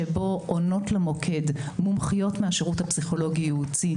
שבו עונות למוקד מומחיות מהשירות הפסיכולוגי ייעוצי,